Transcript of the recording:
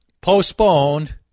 Postponed